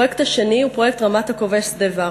הפרויקט השני הוא פרויקט רמת-הכובש שדה-ורבורג.